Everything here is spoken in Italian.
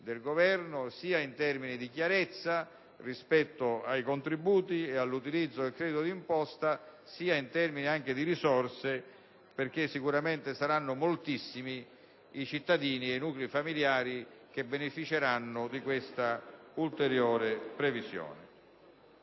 del Governo sia in termini di chiarezza, rispetto ai contributi e all'utilizzo del credito d'imposta, sia in termini di risorse, perché sicuramente saranno moltissimi i cittadini e i nuclei familiari che beneficeranno di questa ulteriore previsione.